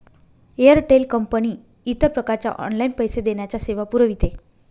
Airtel company इतर प्रकारच्या online पैसे देण्याच्या सेवा पुरविते